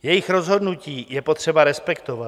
Jejich rozhodnutí je potřeba respektovat.